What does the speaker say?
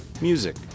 music